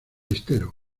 estero